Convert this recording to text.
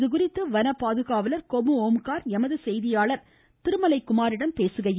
இதுகுறித்து வன பாதுகாவலர் கொம்மு ஓம்கார் எமது செய்தியாளர் திருமலை குமாரிடம் பேசுகையில்